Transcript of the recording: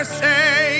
say